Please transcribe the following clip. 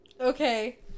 Okay